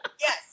Yes